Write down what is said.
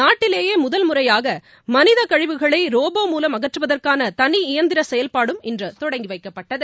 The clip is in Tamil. நாட்டிலேயே முதல் முறையாக மனிதக் கழிவுகளை ரோபோ மூலம் அகற்றுவதற்கான தனி இயந்திர செயல்பாடும் இன்று தொடங்கிவைக்கப்பட்டது